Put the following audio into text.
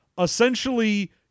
essentially